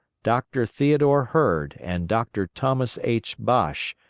doctor theodore heard and doctor thomas h. bache,